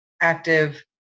active